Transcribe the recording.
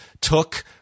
took